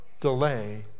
delay